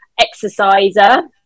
exerciser